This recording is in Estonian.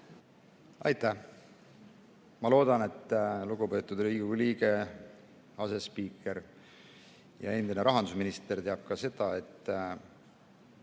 Aitäh! Ma loodan, et lugupeetud Riigikogu liige, asespiiker ja endine rahandusminister teab ka seda, et